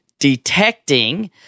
detecting